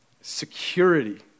security